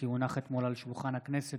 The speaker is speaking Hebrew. כי הונח אתמול על שולחן הכנסת,